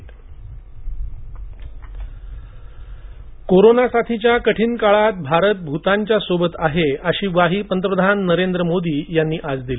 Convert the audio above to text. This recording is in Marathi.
भारत भतान कोरोना साथीच्या कठीण काळात भारत भूतानच्या सोबत आहे अशी ग्वाही पंतप्रधान नरेंद्र मोदी यांनी आज दिली